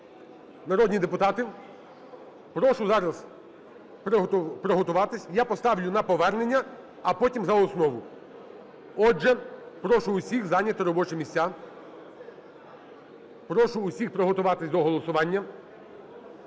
народні депутати. Прошу зараз приготуватись. Я поставлю на повернення, а потім за основу. Отже, прошу усіх зайняти робочі місця. Прошу усіх приготуватись до голосування.